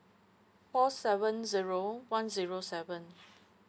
four seven zero one zero seven